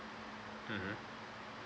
mmhmm